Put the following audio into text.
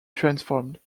transformed